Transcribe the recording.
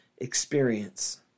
experience